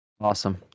Awesome